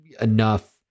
enough